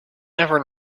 never